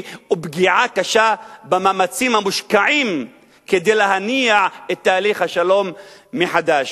ופגיעה קשה במאמצים המושקעים להניע את תהליך השלום מחדש.